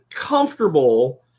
comfortable